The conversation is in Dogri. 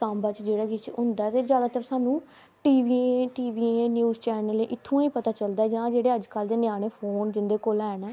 साम्बा च जेह्ड़ा किश होंदा ऐ ते जादातर सानूं टी वी न्यूज़ चैनलें इ'त्थुआं ई पता चलदा जां जेह्डे़ अज्जकल दे ञ्यानें फोन जिं'दे कोल हैन